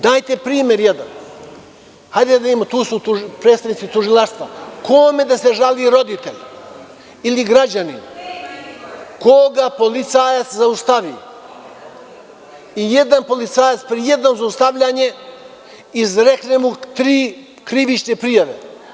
Dajete primer jedan, hajde da vidimo, tu su predstavnici tužilaštva, kome da se žali roditelj ili građanin koga policajac zaustavi, jedan policajac pri jednom zaustavljanju izrekne mu tri krivične prijave?